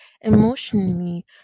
Emotionally